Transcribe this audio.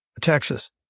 Texas